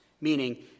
meaning